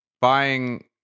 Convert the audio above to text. buying